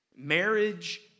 Marriage